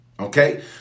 Okay